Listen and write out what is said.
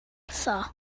wrtho